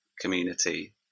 community